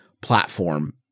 platform